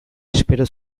espero